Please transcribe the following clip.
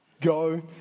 Go